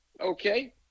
okay